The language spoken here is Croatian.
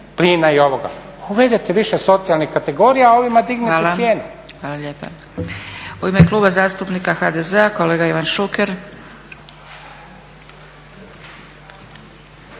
plina. Uvedite više socijalnih kategorija, a ovima dignete cijenu. **Zgrebec, Dragica (SDP)** Hvala lijepa. U ime Kluba zastupnika HDZ-a kolega Ivan Šuker.